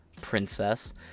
princess